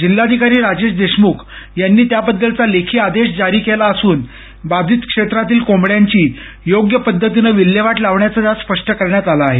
जिल्हाधिकारी राजेश देशमुख यांनी याबद्दलचा लेखी आदेश जारी केला असून बाधित क्षेत्रातील कोंबड्यांची योग्य पद्धतीनं विल्हेवाट लावण्याचं त्यात स्पष्ट करण्यात आलं आहे